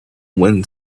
wind